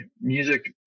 music